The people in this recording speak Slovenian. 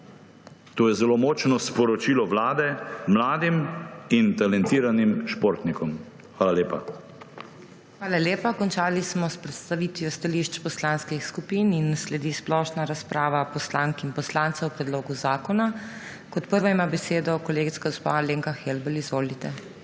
To je zelo močno sporočilo Vlade mladim in talentiranim športnikom. Hvala lepa. **PODPREDSEDNICA MAG. MEIRA HOT:** Hvala lepa. Končali smo s predstavitvijo stališč poslanskih skupin in sledi splošna razprava poslank in poslancev o predlogu zakona. Kot prva ima besedo kolegica gospa Alenka Helbl. Izvolite.